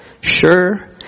sure